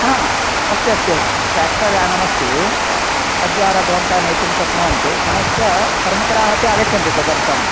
हा अस्ति अस्ति ट्र्याक्टर् यानमस्ति तद्द्वारा भवन्तः नेतुं शक्नुवन्ति पुनश्च कर्मकराः अपि आगच्छन्ति तदर्थं